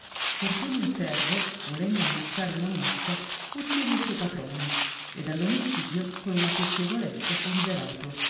ia fortunio servo volendo amazzare una mosca uccide il suo patrone e dall omicidio con una piacevolezza fu liberato